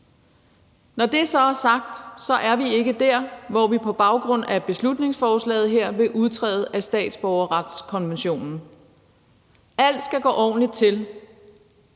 Når det er sagt, er vi ikke der, hvor vi på baggrund af beslutningsforslaget her vil udtræde af statsborgerretskonventionen. Alt skal gå ordentligt til,